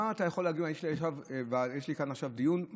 יש לי כאן עכשיו דיון,